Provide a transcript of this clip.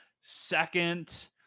Second